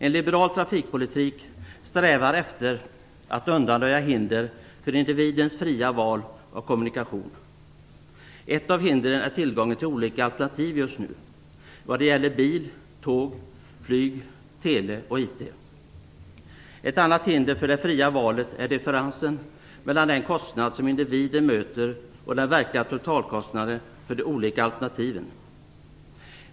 Vi liberaler strävar med vår trafikpolitik efter att undanröja hinder för individens fria val av kommunikation. Ett av hindren just nu är tillgången till olika alternativ - det gäller bil, tåg, flyg, tele och IT. Ett annat hinder för det fria valet är differensen mellan den kostnad som individen möter och den verkliga totalkostnaden för de olika alternativen.